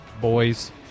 boys